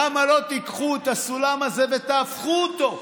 למה לא תיקחו את הסולם הזה ותהפכו אותו?